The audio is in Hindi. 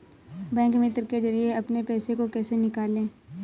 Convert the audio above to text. बैंक मित्र के जरिए अपने पैसे को कैसे निकालें?